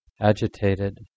agitated